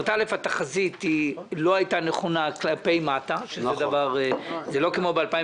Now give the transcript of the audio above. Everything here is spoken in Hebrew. התחזית לא הייתה נכונה כלפי מטה זה לא כמו ב-2015,